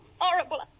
horrible